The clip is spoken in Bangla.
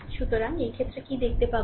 সুতরাং এই ক্ষেত্রে কি দেখতে পাবে